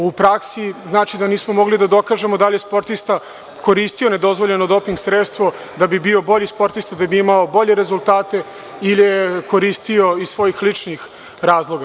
U praksi to znači da nismo mogli da dokažemo da li je sportista koristio nedozvoljeno doping sredstvo da bi bio bolji sportista, da bi imao bolje rezultate ili je koristio iz svojih ličnih razloga.